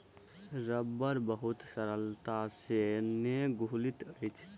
रबड़ बहुत सरलता से नै घुलैत अछि